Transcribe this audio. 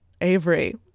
Avery